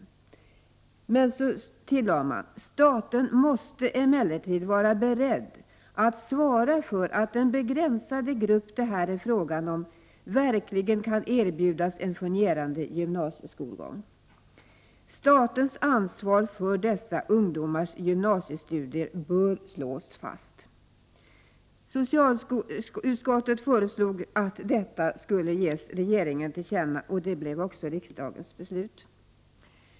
Staten måste emellertid vara beredd att svara för att den begränsade grupp det här är fråga om verkligen kan erbjudas en fungerande gymnasieskolgång. ——— Statens ansvar för dessa ungdomars gymnasiestudier bör slås fast.” Socialutskottet föreslog att detta skulle ges regeringen till känna, vilket också blev riksdagens beslut.